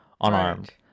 unarmed